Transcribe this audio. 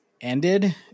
ended